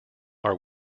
are